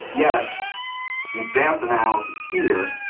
yet in staff's analysis here,